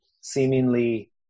seemingly